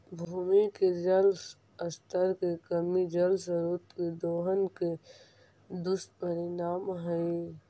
भूमि के जल स्तर के कमी जल स्रोत के दोहन के दुष्परिणाम हई